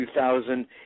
2000